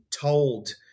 told